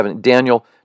Daniel